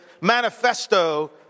manifesto